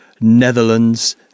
Netherlands